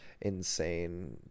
insane